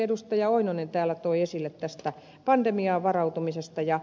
lauri oinonen täällä toi esille pandemiaan varautumisen